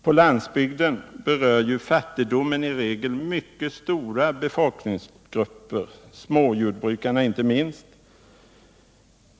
På landsbygden berör ju fattigdomen i regel mycket stora befolkningsgrupper, småjordbrukarna inte minst.